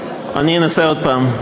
אני אנסה עוד פעם.